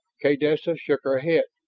kaydessa shook her head.